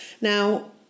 Now